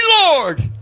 Lord